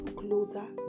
closer